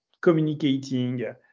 communicating